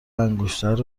انگشتر